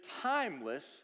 timeless